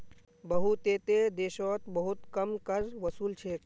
बहुतेते देशोत बहुत कम कर वसूल छेक